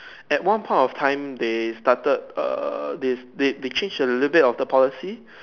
at one point of time they started err this they they change a little bit of the policy